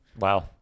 wow